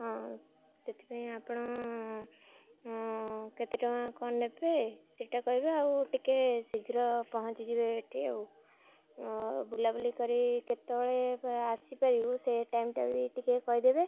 ହଁ ସେଥିପାଇଁ ଆପଣ କେତେ ଟଙ୍କା କ'ଣ ନେବେ ସେଇଟା କହିବେ ଆଉ ଟିକେ ଶୀଘ୍ର ପହଞ୍ଚିଯିବେ ଏଠି ଆଉ ବୁଲାବୁଲି କରି କେତେବେଳେ ଆସିପାରିବୁ ସେ ଟାଇମଟା ବି ଟିକେ କହିଦେବେ